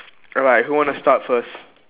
alright who wanna start first